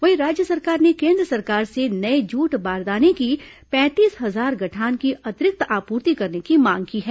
वहीं राज्य सरकार ने केन्द्र सरकार से नये जूट बारदाने की पैंतीस हजार गठान की अतिरिक्त आपूर्ति करने की मांग की है